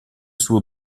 suo